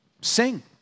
sing